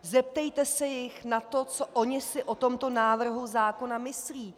Zeptejte se jich na to, co si oni o tomto návrhu zákona myslí.